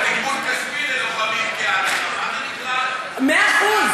מאה אחוז.